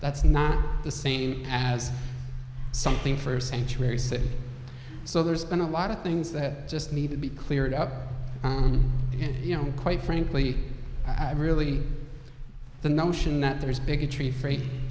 that's not the same as something for sanctuary city so there's been a lot of things that just need to be cleared up and you know quite frankly i really the notion that there is bigotry free